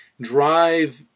drive